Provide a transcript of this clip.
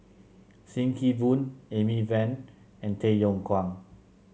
Sim Kee Boon Amy Van and Tay Yong Kwang